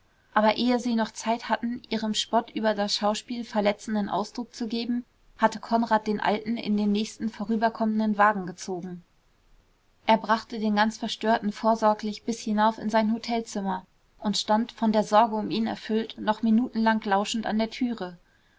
aber ehe sie noch zeit hatten ihrem spott über das schauspiel verletzenden ausdruck zu geben hatte konrad den alten in den nächsten vorüberkommenden wagen gezogen er brachte den ganz verstörten vorsorglich bis hinauf in sein hotelzimmer und stand von der sorge um ihn erfüllt noch minutenlang lauschend an der türe